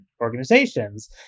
organizations